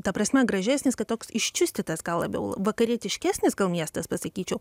ta prasme gražesnis kad toks iščiustytas gal labiau vakarietiškesnis gal miestas pasakyčiau